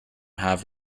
have